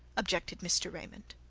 objected mr. raymond.